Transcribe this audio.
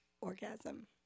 orgasm